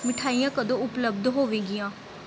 ਮਿਠਾਈਆਂ ਕਦੋਂ ਉਪਲਬਧ ਹੋਵੇਗੀਆਂ